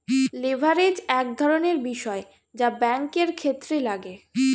leverage এক ধরনের বিষয় যা ব্যাঙ্কের ক্ষেত্রে লাগে